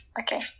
Okay